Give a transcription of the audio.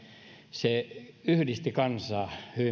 se yhdisti kansaa